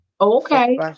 Okay